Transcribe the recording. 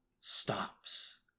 stops